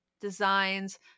designs